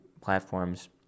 platforms